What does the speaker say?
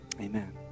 amen